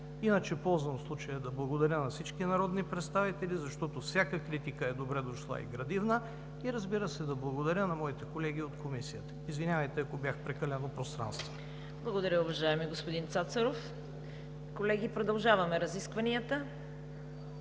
Иначе ползвам случая на благодаря на всички народни представители, защото всяка критика е добре дошла и градивна и, разбира се, да благодаря на моите колеги от Комисията. Извинявайте, ако бях прекалено пространствен. ПРЕДСЕДАТЕЛ ЦВЕТА КАРАЯНЧЕВА: Благодаря, уважаеми господин Цацаров. Колеги, продължаваме разискванията.